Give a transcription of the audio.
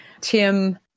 Tim